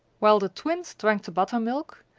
while the twins drank the buttermilk,